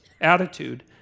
attitude